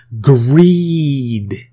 greed